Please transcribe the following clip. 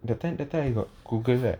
that time that time I got google right